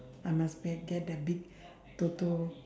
I must ge~ get that big toto